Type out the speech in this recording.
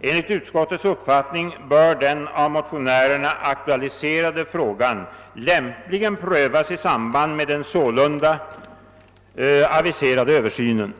Enligt utskottets uppfattning bör den av motionärerna aktualiserade frågan lämpligen prövas i samband med den sålunda aviserade översynen.